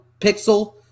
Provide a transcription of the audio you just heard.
pixel